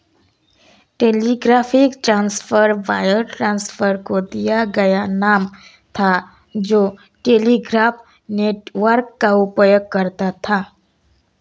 telegraphic transfer wire transfer को दिया गया नाम था जो टेलीग्राफ नेटवर्क का उपयोग करता था